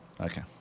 Okay